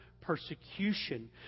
persecution